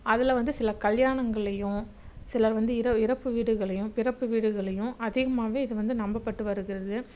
அதில் வந்து சில கல்யாணங்கள்லையும் சில வந்து இற இறப்பு வீடுகள்லையும் பிறப்பு வீடுகள்லையும் அதிகமாகவே இது வந்து நம்பப்பட்டு வருகிறது